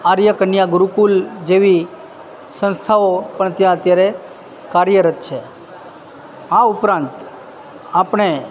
આર્ય કન્યા ગુરુકુલ જેવી સંસ્થાઓ પણ ત્યાં અત્યારે કાર્યરત છે આ ઉપરાંત આપણે